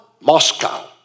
Moscow